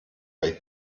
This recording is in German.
bei